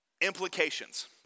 implications